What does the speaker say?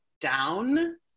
down